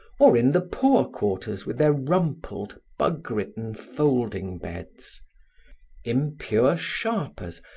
or in the poor quarters with their rumpled, bug-ridden folding-beds impure sharpers,